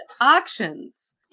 Auctions